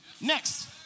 Next